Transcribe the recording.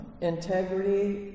Integrity